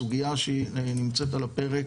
סוגיה שהיא נמצאת על הפרק,